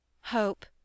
Hope